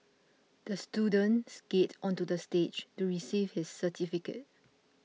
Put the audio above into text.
the student skated onto the stage to receive his certificate